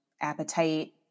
appetite